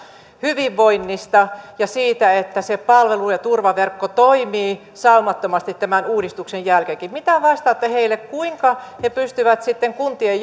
hyvinvoinnista ja siitä että se palvelu ja turvaverkko toimii saumattomasti tämän uudistuksen jälkeenkin mitä vastaatte heille kuinka he pystyvät kuntien